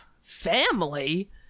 Family